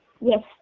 Yes